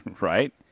right